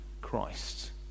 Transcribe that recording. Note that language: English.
christ